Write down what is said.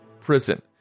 Prison